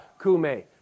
kume